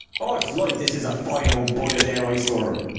od's light, this is a fine old boy as e'er i saw!